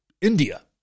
India